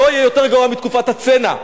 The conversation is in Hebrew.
לא יהיה יותר גרוע מתקופת הצנע,